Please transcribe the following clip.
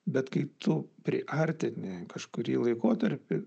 bet kai tu priartini kažkurį laikotarpį